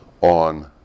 on